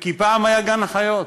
כי פעם היה גן-חיות,